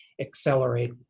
accelerate